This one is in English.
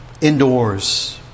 indoors